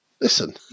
Listen